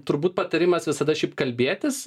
turbūt patarimas visada šiaip kalbėtis